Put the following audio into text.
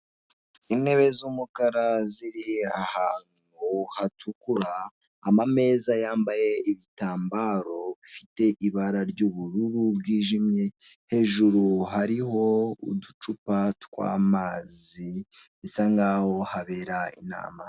Intebe z'umukara ziri ahantu hatukura, amameza yambaye ibitambaro bifite ibara ry'ubururu bwijimye, hejuru hariho uducupa tw'amazi bisa nkaho haberamo inama.